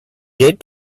did